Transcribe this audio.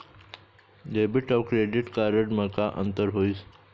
Debit अऊ credit card म का अंतर होइस?